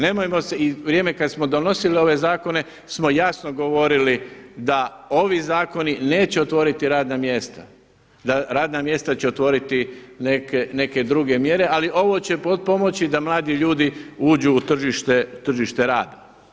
Nemojmo se, i vrijeme kada smo donosili ove zakone smo jasno govorili da ovi zakoni neće otvoriti radna mjesta, da radna mjesta će otvoriti neke druge mjere, ali ovo će potpomoći da mladi ljudi uđu u tržište rada.